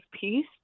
peace